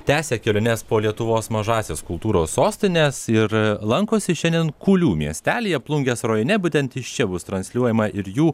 tęsia keliones po lietuvos mažąsias kultūros sostines ir lankosi šiandien kulių miestelyje plungės rajone būtent iš čia bus transliuojama ir jų